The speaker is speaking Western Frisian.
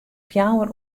fjouwer